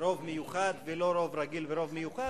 רוב מיוחד ולא רוב רגיל ורוב מיוחס,